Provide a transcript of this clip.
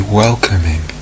welcoming